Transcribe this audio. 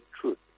truth